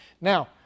Now